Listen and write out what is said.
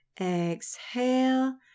Exhale